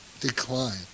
decline